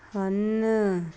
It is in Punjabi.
ਹਨ